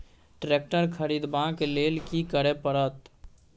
Tractor खरीदबाक लेल की करय परत?